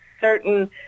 certain